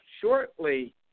shortly